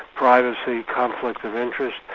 privacy, conflict of interest,